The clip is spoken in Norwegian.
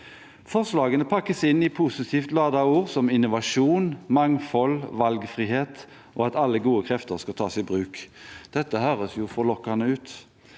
Forslagene pakkes inn i positivt ladete ord som «innovasjon», «mangfold», «valgfrihet» og at «alle gode krefter skal tas i bruk». Dette høres jo forlokkende ut,